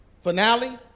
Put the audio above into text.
finale